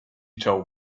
told